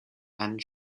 and